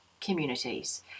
communities